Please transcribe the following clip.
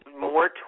more